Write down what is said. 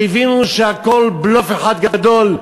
שהבינו שהכול בלוף אחד גדול.